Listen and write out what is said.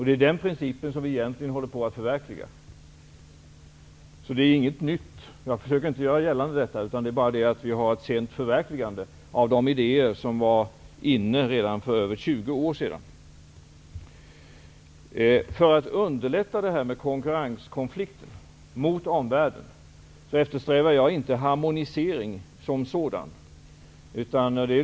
Det är den principen vi håller på att förverkliga. Jag försöker inte göra gällande att det är frågan om något nytt. Men det är ett sent förverkligande av idéer som var inne redan för över 20 år sedan. För att underlätta problemet med konkurrenskonflikterna mot omvärlden eftersträvar jag inte harmonisering som sådan.